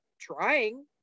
trying